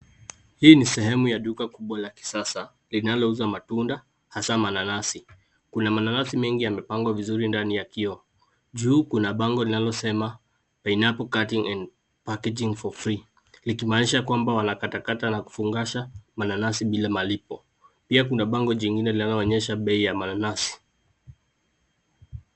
Hii ni sehemu ya duka kubwa la kisasa, linalouza matunda, hasa mananasi. Kuna mananasi mengi yamepangwa vizuri ndani ya kioo. Juu kuna bango linalosema pineapple cutting and packaging for free likimaanisha kwamba wanakatakata na kufungasha mananasi bila malipo. Pia kuna bango jingine linaloonesha bei ya mananasi.